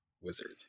wizard